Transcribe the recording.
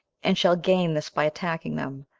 and shall gain this by attacking them,